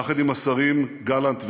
יחד עם השרים גלנט ואלקין,